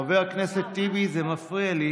חבר הכנסת טיבי, זה מפריע לי.